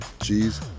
Cheese